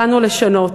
באנו לשנות.